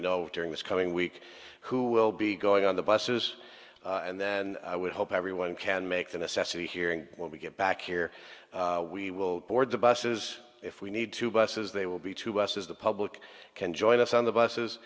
you know during this coming week who will be going on the buses and then i would hope everyone can make the necessity hearing when we get back here we will board the buses if we need two buses they will be two buses the public can join us on the buses